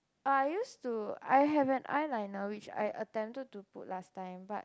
I used to I have an eyeliner which I attempted to put last time but